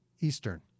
Eastern